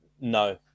no